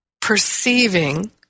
perceiving